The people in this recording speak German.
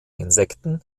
insekten